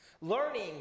learning